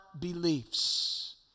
beliefs